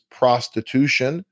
prostitution